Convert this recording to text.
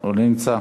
לא נמצא.